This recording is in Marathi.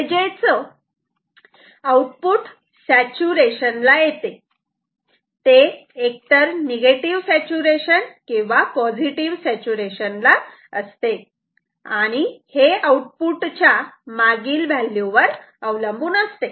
म्हणजेच आउटपुट सॅचूरेशन ला येते ते एकतर निगेटिव्ह सॅचूरेशन किंवा पॉझिटिव्ह सॅचूरेशन ला असते आणि हे आउटपुटच्या मागील व्हॅल्यू वर अवलंबून असते